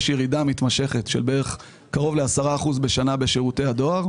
יש ירידה מתמשכת של קרוב ל-10% בשנה בשירותי הדואר,